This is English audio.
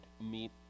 meet